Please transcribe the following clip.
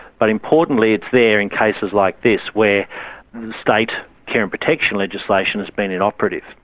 but importantly it's there in cases like this where state care and protection legislation has been inoperative.